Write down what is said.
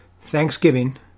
Thanksgiving